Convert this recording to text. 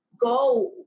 go